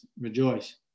rejoice